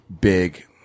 big